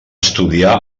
estudiar